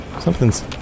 Something's